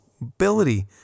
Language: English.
ability